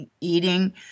eating